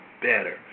better